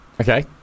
okay